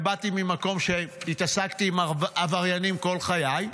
באתי ממקום שבו התעסקתי עם עבריינים כל חיי,